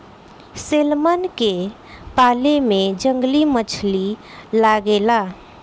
salmon के पाले में जंगली मछली लागे ले